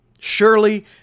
Surely